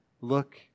look